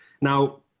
Now